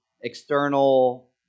external